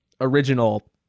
original